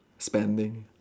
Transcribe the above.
spending